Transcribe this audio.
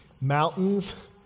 Mountains